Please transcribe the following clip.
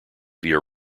via